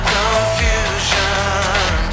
Confusion